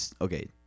Okay